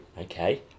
okay